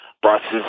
buses